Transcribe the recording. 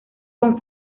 con